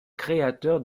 créateurs